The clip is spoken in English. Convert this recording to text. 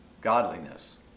godliness